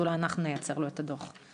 אז אולי אנחנו נייצר לו את הדוח ונבדוק.